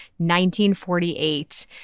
1948